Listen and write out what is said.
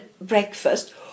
breakfast